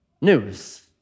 news